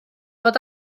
fod